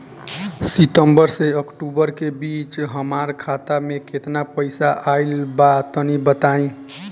सितंबर से अक्टूबर के बीच हमार खाता मे केतना पईसा आइल बा तनि बताईं?